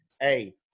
hey